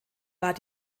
war